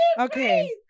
Okay